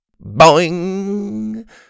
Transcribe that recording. Boing